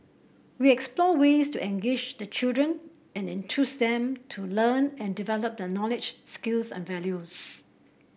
we explore ways to engage the children and enthuse them to learn and develop their knowledge skills and values